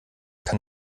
kann